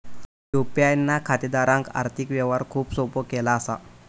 UPI ना खातेदारांक आर्थिक व्यवहार खूप सोपो केलो असा